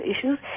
issues